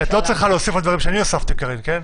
את לא חייבת להוסיף על דברים שאני הוספתי, קארין.